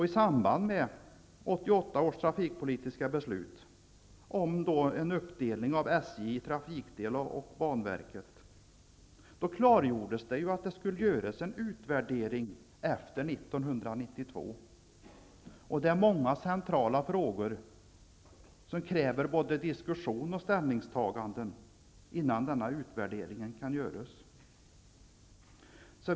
I samband med 1988 års trafikpolitiska beslut om bl.a. en uppdelning av SJ i en trafikdel och banverket klargjordes att en utvärdering skulle ske efter 1992. Flera centrala frågor kräver både diskussion och ställningstaganden, innan denna utvärdering kan göras.